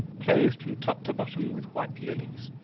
clothed from top to bottom with white lilies.